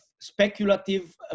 speculative